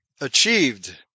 achieved